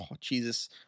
Jesus